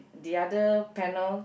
the other panel